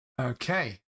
Okay